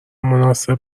مناسب